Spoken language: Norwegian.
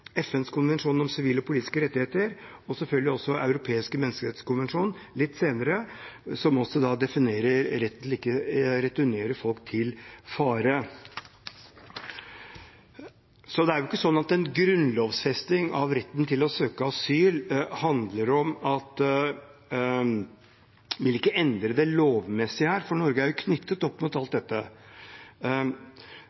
sivile og politiske rettigheter og selvfølgelig også – litt senere – Den europeiske menneskerettskonvensjon, som definerer retten til ikke å returnere folk til fare. Det er ikke slik at en grunnlovfesting av retten til å søke asyl vil endre det lovmessige her, for Norge er knyttet opp mot alt